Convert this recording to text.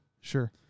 Sure